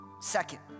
Second